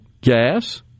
gas